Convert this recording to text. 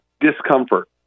discomfort